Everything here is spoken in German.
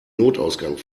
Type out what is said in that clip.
notausgang